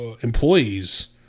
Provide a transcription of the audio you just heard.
employees